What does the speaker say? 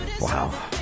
Wow